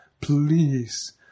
Please